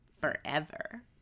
forever